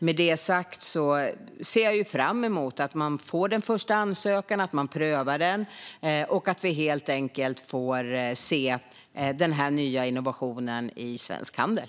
Med det sagt ser jag fram emot att man får den första ansökan och prövar den, så att vi får se den här nya innovationen i svensk handel.